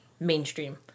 Mainstream